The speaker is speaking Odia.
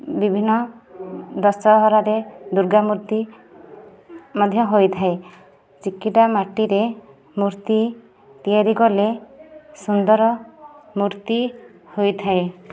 ବିଭିନ୍ନ ଦଶହରାରେ ଦୂର୍ଗା ମୂର୍ତ୍ତି ମଧ୍ୟ ହୋଇଥାଏ ଚିକିଟା ମାଟିରେ ମୂର୍ତ୍ତି ତିଆରି କଲେ ସୁନ୍ଦର ମୂର୍ତ୍ତି ହୋଇଥାଏ